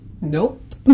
Nope